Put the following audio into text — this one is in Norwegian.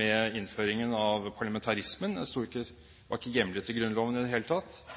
med innføringen av parlamentarismen – den var ikke hjemlet i Grunnloven i det hele tatt,